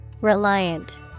Reliant